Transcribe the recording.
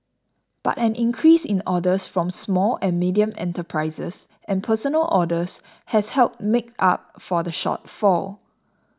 but an increase in orders from small and medium enterprises and personal orders has helped make up for the shortfall